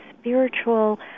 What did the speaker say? spiritual